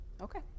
okay